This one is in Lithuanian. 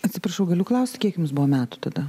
atsiprašau galiu klausti kiek jums buvo metų tada